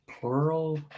Plural